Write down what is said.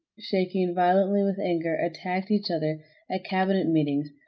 shaking violently with anger, attacked each other at cabinet meetings,